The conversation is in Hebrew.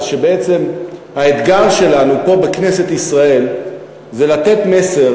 שבעצם האתגר שלנו פה בכנסת ישראל זה לתת מסר